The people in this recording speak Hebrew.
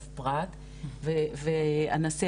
אני באמת מגיעה מן הכלל אל הפרט ואנסה,